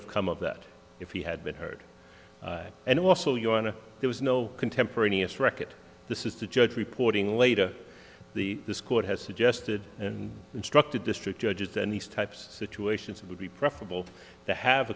have come of that if he had been heard and also your honor there was no contemporaneous record this is the judge reporting later the this court has suggested and instructed district judges and these types of situations it would be preferable to have